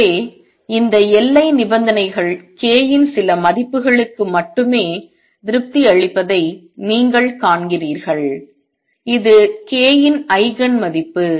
எனவே இந்த எல்லை நிபந்தனைகள் k இன் சில மதிப்புகளுக்கு மட்டுமே திருப்தி அளிப்பதை நீங்கள் காண்கிறீர்கள் இது k இன் ஐகன் மதிப்பு